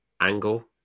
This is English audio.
angle